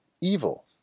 evil